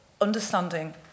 understanding